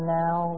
now